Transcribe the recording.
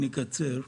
אני אקצר.